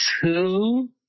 two